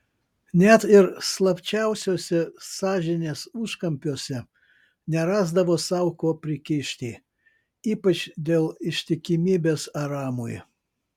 net ir slapčiausiuose sąžinės užkampiuose nerasdavo sau ko prikišti ypač dėl ištikimybės aramui